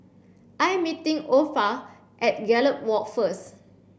I am meeting Orpha at Gallop Walk first